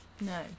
No